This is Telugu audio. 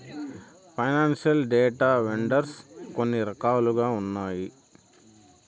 ఫైనాన్సియల్ డేటా వెండర్స్ కొన్ని రకాలుగా ఉన్నాయి